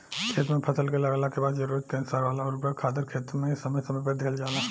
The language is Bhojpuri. खेत में फसल के लागला के बाद जरूरत के अनुसार वाला उर्वरक खादर खेत में समय समय पर दिहल जाला